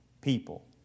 people